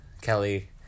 Kelly